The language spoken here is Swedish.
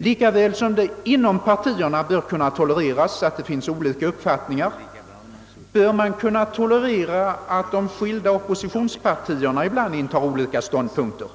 Lika väl som det inom partierna bör kunna tolereras att det finns olika uppfattningar, bör man kunna tolerera att de skilda oppositionspartierna ibland intar olika ståndpunkter.